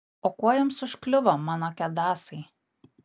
o kuo jums užkliuvo mano kedasai